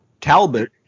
Talbot